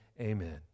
amen